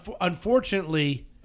Unfortunately